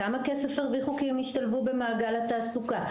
כמה חסכו כי הם השתלבו במעגל התעסוקה,